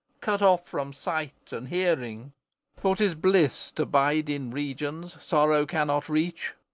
cut off from sight and hearing for tis bliss to bide in regions sorrow cannot reach.